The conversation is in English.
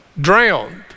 drowned